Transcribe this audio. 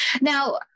Now